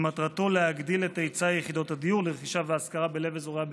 שמטרתו להגדיל את היצע יחידות הדיור לרכישה והשכרה בלב אזורי הביקוש".